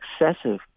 excessive